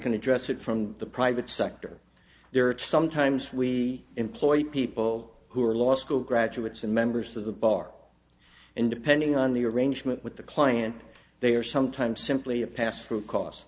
address it from the private sector there are sometimes we employ people who are law school graduates and members of the bar and depending on the arrangement with the client they are sometimes simply a pass through cos